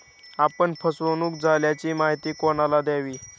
आपण फसवणुक झाल्याची माहिती कोणाला द्यावी?